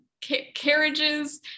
carriages